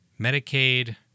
Medicaid